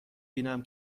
بینم